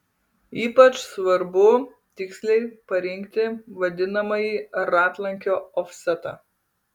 ypač svarbu tiksliai parinkti vadinamąjį ratlankio ofsetą